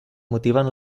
motiven